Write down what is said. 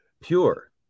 pure